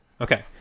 Okay